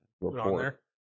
report